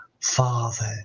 Father